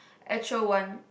actual one